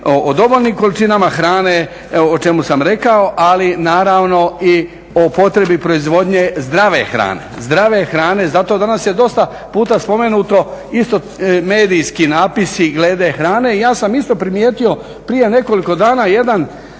o dovoljnim količinama hrane o čemu sam rekao ali naravno i o potrebi proizvodnje zdrave hrane. Zdrave hrane zato, danas je dosta puta spomenuto isto medijski natpisi glede hrane. I ja sam isto primijetio prije nekoliko dana jedan